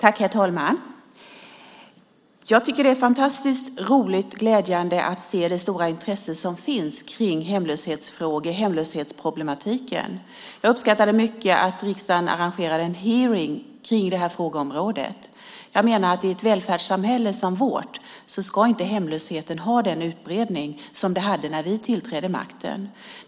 Herr talman! Jag tycker att det är fantastiskt roligt och glädjande att se det stora intresse som finns för hemlöshetsfrågor och hemlöshetsproblemen. Jag uppskattade mycket att riksdagen arrangerade en hearing på det här området. Jag menar att i ett välfärdssamhälle som vårt ska inte hemlösheten har den utbredning som den hade när vi tillträdde makten.